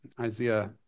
Isaiah